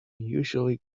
usually